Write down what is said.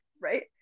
right